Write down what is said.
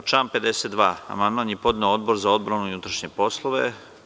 Na član 52. amandman je podneo Odbor za odbranu i unutrašnje poslove.